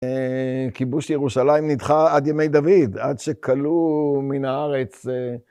כיבוש ירושלים נדחה עד ימי דוד, עד שכלו מן הארץ.